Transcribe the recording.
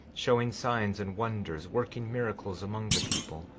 showing signs and wonders, working miracles among the people,